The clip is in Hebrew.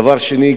דבר שני,